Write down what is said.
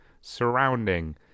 surrounding